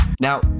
Now